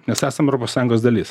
mes esam europos sąjungos dalis